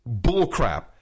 bullcrap